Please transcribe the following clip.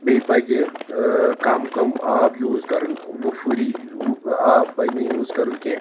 بیٚیہِ پَزِ ٲں کَم کَم آب یوٗز کَرُن ؤفُوٗری آب پَزِ نہٕ یوٗز کَرُن کیٚنٛہہ